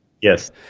Yes